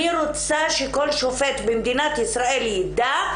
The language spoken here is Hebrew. אני רוצה שכל שופט במדינת ישראל יידע,